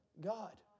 God